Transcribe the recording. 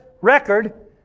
record